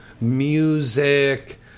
music